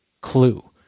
clue